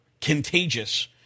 contagious